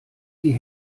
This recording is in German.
die